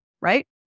right